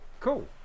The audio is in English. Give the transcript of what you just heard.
Cool